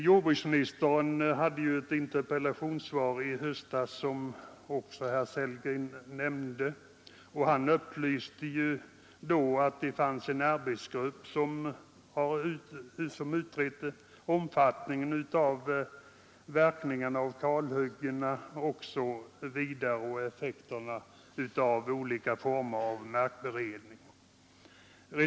Som herr Sellgren nämnde, upplyste jordbruksministern i ett interpellationssvar i höstas om att en arbetsgrupp har utrett verkningarna av kalhyggena, effekterna av olika former av markberedning osv.